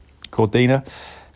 Cordina